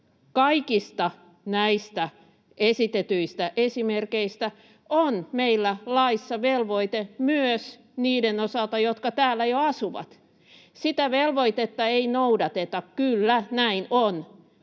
Kaikista näistä esitetyistä esimerkeistä on meillä laissa velvoite myös niiden osalta, jotka täällä jo asuvat. [Mari Rantanen: No ei se